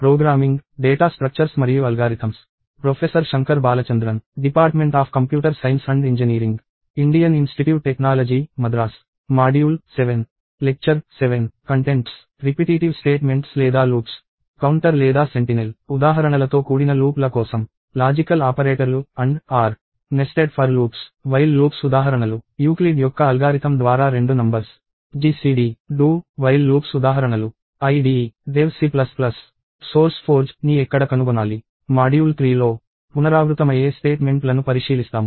module 3లో పునరావృతమయ్యే స్టేట్మెంట్లను పరిశీలిస్తాము